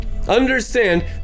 Understand